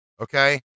okay